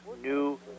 new